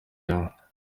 rimwe